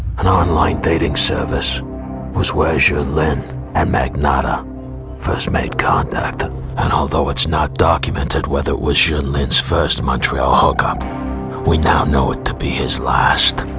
an online dating service was we're sure lynn and magnotta first made contact and although it's not documented whether it was jun lin's first montreal hookup we now know it to be his last,